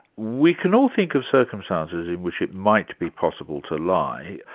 we can all think of circumstances in which it might be possible to lie.